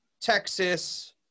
Texas